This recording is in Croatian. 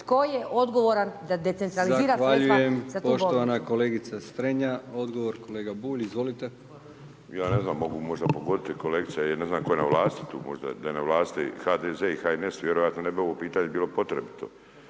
tko je odgovoran da decentralizira sredstva za tu bolnicu.